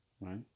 Right